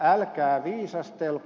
älkää viisastelko